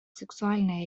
сексуальной